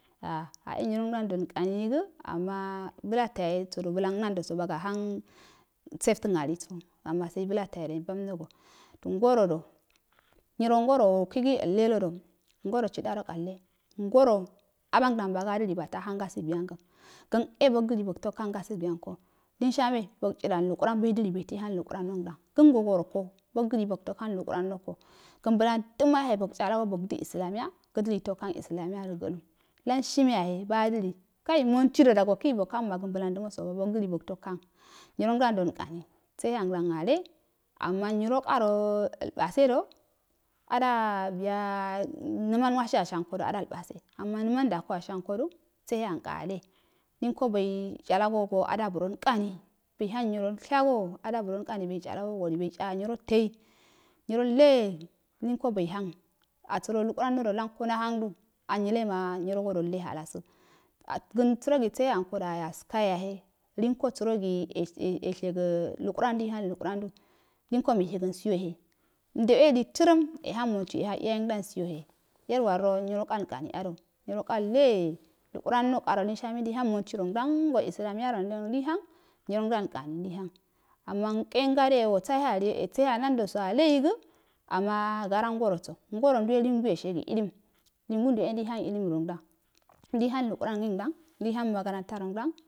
A a e nyirongbaru inkaniye go amma bulata yo boda blan naradoso bogohang setər aliiso ama sei blanaye dai unbam nogo ngorodo nyinrogo wakigi alle dodo ngoro hudarokalle ngoro abangbanda rokalle ngoro a bangbanda bogo adille a hang gasugui angari kan e bogto dili hang gasusu anko lirushame bog tchidan lukuran bodili to hang lukuran nwndang kəngo goroko bogdili to hang to hang lukuranako kan blangduma yahe bog ichalogo ot hang uslaniya bog dili tog hang uslamuigarongo lanshme yahe boso adili kai manido mukisi gari blandumaso bog hangso ana kəng blandumaso bog dili mugtog hang nyinrongdame dolankaru sehe amgbam alle ama nyrrokaros based a biyu naman wasikodo a dalbase ama naman nduwa ako ashedu se he anka alle linko baitchalaso so adasu ralkani baihang nyiralshago adatu ralkani boik halago boitchago ineko boi hang asaro lukutrando da wlanko ndahangdu nyrema nyirogottr halasa as ga̱n sa̱rogi seheanko ayashayo yohe linko sərogi ye yeshgo lukura ndu linko mei hagon siyohe ndeuwe itaram jehangdan suyohe yerwadan siyohe yermwardo nyironkka inkau ado nyironkai le lukuran nokaro lurishame ndei hang montirongdan so ulami yarongdan ndei hang ngrongdan ndei hang nurongdan inkani ndei hang ama nken garden wosha heli seheanado so alle yeso ama gara ngoroso ngoro nduwe lingu yeshega im lingu duwa e ndei hang illmurongdan ndei lukuranda ndeihang makaranta rog dan,,